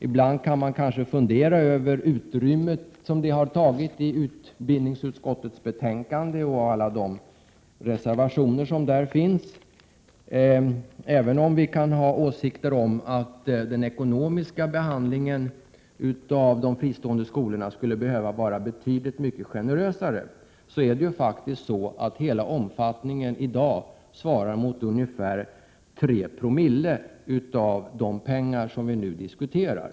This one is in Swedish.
Ibland kan man kanske fundera över det utrymme som dessa har ägnats i utbildningsutskottets betänkande och alla de reservationer som där återfinns. Även om vi kan ha åsikter om att den ekonomiska behandlingen av de fristående skolorna skulle behöva vara betydligt mycket generösare, kan man konstatera att det här bara rör sig om ca 3 Ice av det anslag vi nu diskuterar.